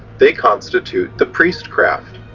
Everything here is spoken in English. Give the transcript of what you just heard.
they constitute the priestcraft.